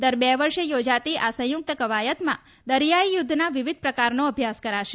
દર બે વર્ષે યોજાતી આ સંયુક્ત કવાયતમાં દરિયાઈ યુદ્ધના વિવિધ પ્રકારનો અભ્યાસ કરાશે